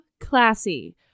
classy